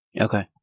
Okay